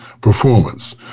performance